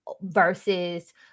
versus